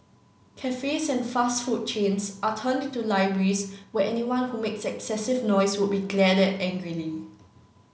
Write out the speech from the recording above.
cafes and fast food chains are turned into libraries where anyone who makes excessive noise would be glared at angrily